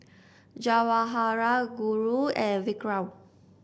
Jawaharlal Guru and Vikram